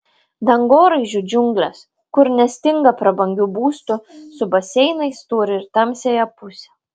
dangoraižių džiunglės kur nestinga prabangių būstų su baseinais turi ir tamsiąją pusę